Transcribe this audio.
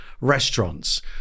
restaurants